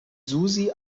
susi